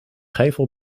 gevel